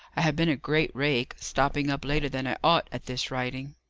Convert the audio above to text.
i have been a great rake, stopping up later than i ought, at this writing.